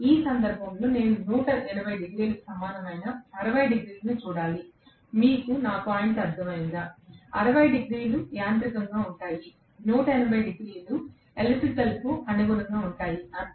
ఈ సందర్భంలో నేను 180 డిగ్రీలకు సమానమైన 60 డిగ్రీలను చూడాలి మీకు నా పాయింట్ అర్థమైందా 60 డిగ్రీలు యాంత్రికంగా ఉంటాయి 180 డిగ్రీలు ఎలక్ట్రికల్కు అనుగుణంగా ఉంటాయి అంతే